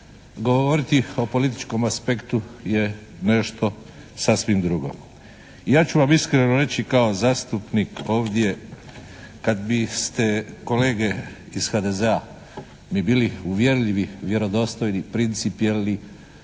Govoriti o političkom aspektu je nešto sasvim drugo. Ja ću vam iskreno reći kao zastupnik ovdje kad biste kolege iz HDZ-a mi bili uvjerljivi, vjerodostojni, principijelni